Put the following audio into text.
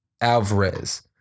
Alvarez